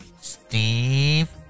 Steve